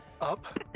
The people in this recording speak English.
up